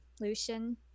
Lucian